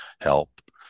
help